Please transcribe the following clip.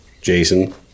Jason